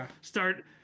start